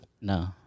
No